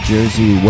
Jersey